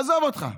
עזוב אותך.